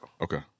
Okay